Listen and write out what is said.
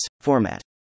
format